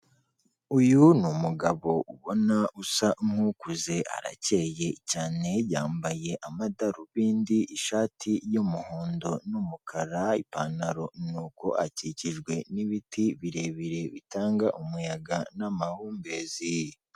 Uyu ni umugabo ubona usa nk'ukuze arakeye cyane, yambaye amadarubindi, ishati y'umuhondo n'umukara, ipantaro. Ni uko akikijwe n'ibiti birebire bitanga umuyaga n'amahumbezi.